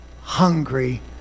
hungry